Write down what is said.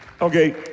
Okay